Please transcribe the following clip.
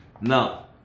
Now